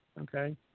okay